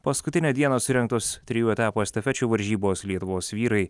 paskutinę dieną surengtos trijų etapų estafečių varžybos lietuvos vyrai